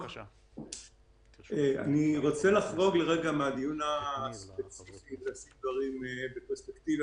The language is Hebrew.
אני רוצה לחרוג לרגע מהדיון הספציפי ולשים דברים בפרספקטיבה.